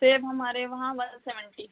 सेब हमारे वहाँ वन सेवेन्टी